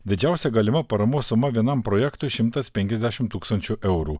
didžiausia galima paramos suma vienam projektui šimtas penkiasdešimt tūkstančių eurų